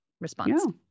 response